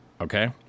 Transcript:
Okay